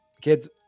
kids